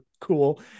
cool